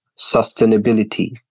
sustainability